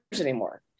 anymore